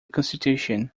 constitution